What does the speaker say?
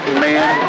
man